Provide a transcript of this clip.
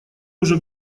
уже